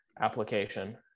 application